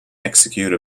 execute